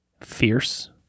Fierce